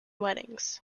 weddings